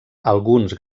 alguns